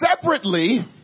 separately